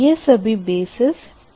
यह सभी buses PQ bus है